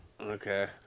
Okay